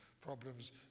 problems